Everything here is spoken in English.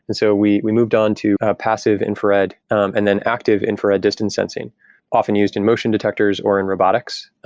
and so we we moved on to a passive infrared and then active infrared distant sensing often used in motion detectors or in robotics,